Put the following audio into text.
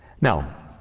Now